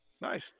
Nice